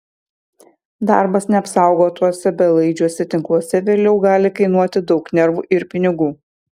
darbas neapsaugotuose belaidžiuose tinkluose vėliau gali kainuoti daug nervų ir pinigų